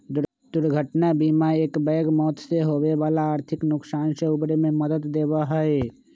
दुर्घटना बीमा एकबैग मौत से होवे वाला आर्थिक नुकसान से उबरे में मदद देवा हई